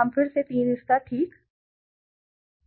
हम फिर से तीन स्तर ठीक सील 1 है